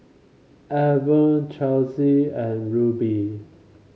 Evertt Chelsi and Rubie